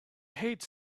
hate